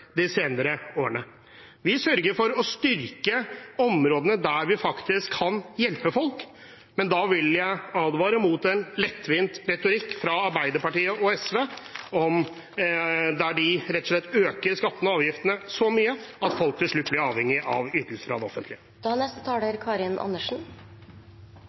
De har fått flere løft de senere årene. Vi sørger for å styrke de områdene hvor vi faktisk kan hjelpe folk, men da vil jeg advare mot en lettvint retorikk fra Arbeiderpartiet og SV. De øker rett og slett skattene og avgiftene så mye at folk til slutt blir avhengig av ytelser fra det offentlige.